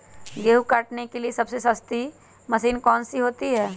गेंहू काटने के लिए सबसे सस्ती मशीन कौन सी होती है?